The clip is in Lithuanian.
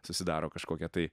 susidaro kažkokia tai